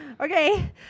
Okay